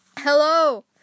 Hello